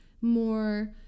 more